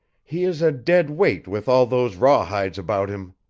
he is a dead weight with all those rawhides about him.